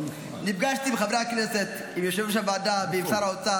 עם יושב-ראש הוועדה ועם שר האוצר,